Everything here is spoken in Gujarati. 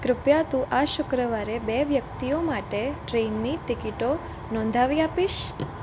કૃપયા તું આ શુક્રવારે બે વ્યક્તિઓ માટે ટ્રેનની ટિકિટો નોંધાવી આપીશ